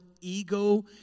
ego